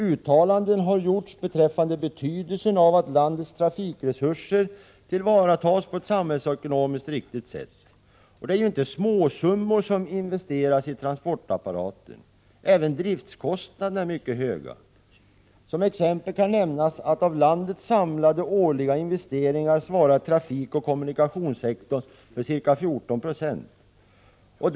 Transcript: Uttalanden har gjorts beträffande betydelsen av att landets trafikresurser tillvaratas på ett samhällsekonomiskt riktigt sätt. Det är ju inte småsummor som investeras i transportapparaten. Även driftkostnaderna är mycket höga. Som exempel kan nämnas att av landets samlade årliga investeringar svarar trafikoch kommunikationssektorn för ca 14 20.